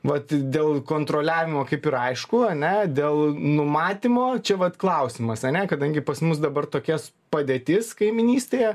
vat dėl kontroliavimo kaip ir aišku ane dėl numatymo čia vat klausimas ane kadangi pas mus dabar tokias padėtis kaimynystėje